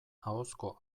ahozko